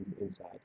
inside